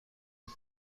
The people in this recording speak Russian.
нам